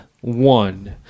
One